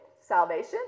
salvation